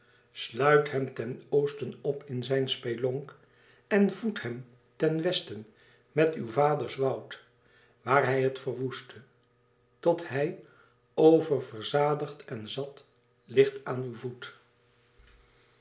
sluit hem ten oosten op in zijn spelonk en voed hem ten westen met uw vaders woud waar hij het verwoestte tot hij oververzadigd en zat ligt aan uw voet